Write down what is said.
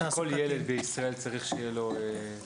כל ילד בישראל צריך שיהיה לו.